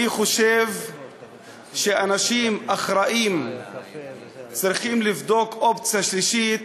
אני חושב שאנשים אחראיים צריכים לבדוק אופציה שלישית